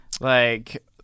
Like-